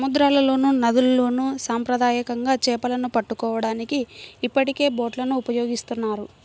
సముద్రాల్లోనూ, నదుల్లోను సాంప్రదాయకంగా చేపలను పట్టుకోవడానికి ఇప్పటికే బోట్లను ఉపయోగిస్తున్నారు